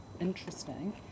interesting